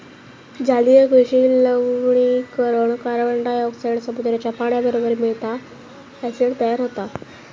जलीय कृषि लवणीकरण कार्बनडायॉक्साईड समुद्राच्या पाण्याबरोबर मिळता, ॲसिड तयार होता